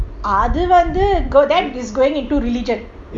அதுவந்து:adhu vandhu that is going into religion